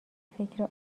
فکر